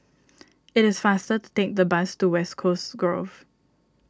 it is faster to take the bus to West Coast Grove